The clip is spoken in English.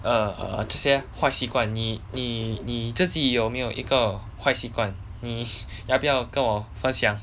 err 这些坏习惯你你你自己有没有一个坏习惯你要不要跟我分享